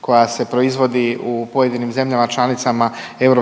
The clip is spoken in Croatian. koja se proizvodi u pojedinim zemljama članicama EU.